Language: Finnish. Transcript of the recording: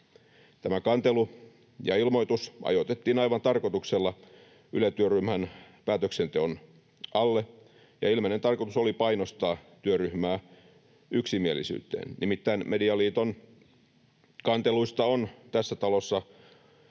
Tämä kantelu ja ilmoitus ajoitettiin aivan tarkoituksella Yle-työryhmän päätöksenteon alle, ja ilmeinen tarkoitus oli painostaa työryhmää yksimielisyyteen — nimittäin Medialiiton kanteluista on tässä talossa